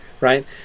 right